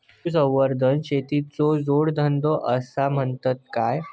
पशुसंवर्धनाक शेतीचो जोडधंदो आसा म्हणतत काय?